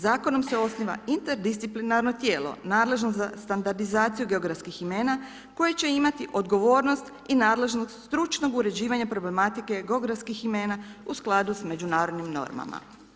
Zakonom se osniva interdisciplinarno tijelo nadležno za standardizaciju geografskih imena koje će imati odgovornost i nadležnost stručnog uređivanja problematike geografskih imena u skladu s međunarodnim normama.